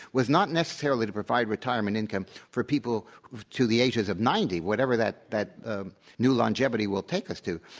was not necessarily to provide retirement income for people to the ages of ninety, whatever that that new longevity will take us to.